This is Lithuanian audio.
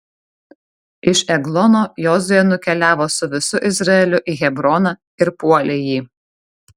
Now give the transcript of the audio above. iš eglono jozuė nukeliavo su visu izraeliu į hebroną ir puolė jį